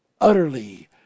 utterly